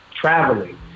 traveling